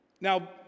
Now